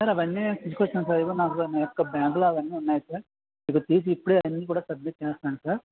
sir అవి అన్నీ నేను తీసుకు వచ్చాను సార్ ఇదిగో నా నా యొక్క బ్యాగులో అవి అన్నీ ఉన్నాయి సార్ ఇదిగో తీసి ఇప్పుడే అన్నీ కూడా సబ్మిట్ చేస్తాను సార్